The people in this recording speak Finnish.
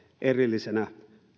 erillisenä